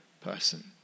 person